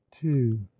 two